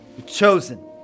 chosen